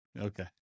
Okay